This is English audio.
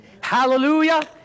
Hallelujah